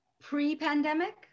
pre-pandemic